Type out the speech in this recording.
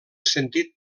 sentit